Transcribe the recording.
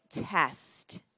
test